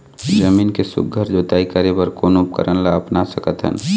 जमीन के सुघ्घर जोताई करे बर कोन उपकरण ला अपना सकथन?